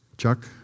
Chuck